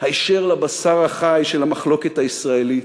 היישר לבשר החי של המחלוקת הישראלית,